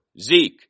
Zeke